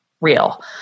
real